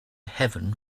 heaven